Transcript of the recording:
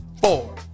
four